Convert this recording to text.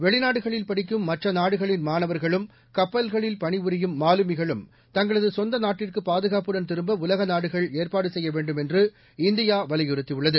வெளிநாடுகளில் படிக்கும் மற்ற நாடுகளின் மாணவர்களும் கப்பல்களில் பணிபுரியும் மாலுமிகளும் தங்களது சொந்த நாட்டிற்கு பாதுகாப்புடன் திரும்ப உலக நாடுகள் ஏற்பாடு செய்ய வேண்டும் என்று இந்தியா வலியுறுத்தியுள்ளது